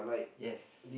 yes